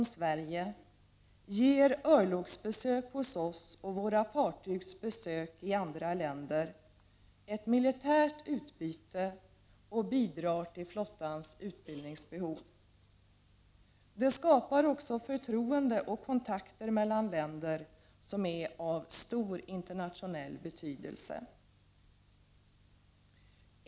1989/90:35 som Sverige ger örlogsbesök hos oss och våra fartygs besök i andra länder 29 november 1989 ett militärt utbyte och bidrar till flottans utbildningsbehov. Det skapar också Nn förtroende och kontakter mellan länder som är av internationell betydelse.